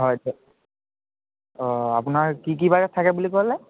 হয় ছাৰ অঁ আপোনাৰ কি কি বাৰে থাকে বুলি ক'লে